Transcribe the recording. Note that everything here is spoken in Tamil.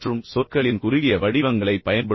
சொற்களின் குறுகிய வடிவங்களைப் பயன்படுத்துங்கள்